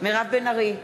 מירב בן ארי,